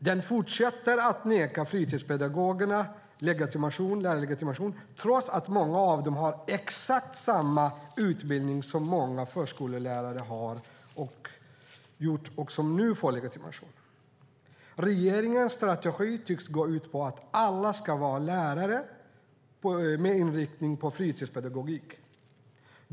Man fortsätter att neka fritidspedagogerna lärarlegitimation trots att många av dem har exakt samma utbildning som många förskollärare som nu får legitimation har. Regeringens strategi tycks gå ut på att alla ska vara lärare med inriktning på fritidspedagogik.